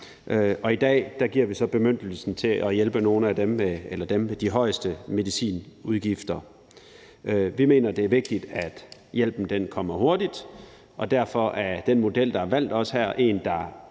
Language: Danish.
i dag giver vi så bemyndigelse til at hjælpe nogle af dem med de højeste medicinudgifter. Vi mener, det er vigtigt, at hjælpen kommer hurtigt, og derfor er den model, der er valgt her, også en, der